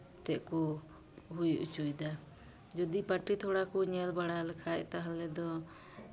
ᱮᱱᱛᱮᱫ ᱠᱚ ᱦᱩᱭ ᱦᱚᱪᱚᱭᱮᱫᱟ ᱡᱩᱫᱤ ᱯᱟᱨᱴᱤ ᱛᱷᱚᱲᱟ ᱠᱚ ᱧᱮᱞ ᱵᱟᱲᱟ ᱞᱮᱠᱷᱟᱡ ᱛᱟᱦᱚᱞᱮ ᱫᱚ